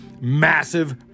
massive